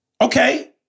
Okay